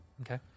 Okay